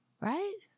Right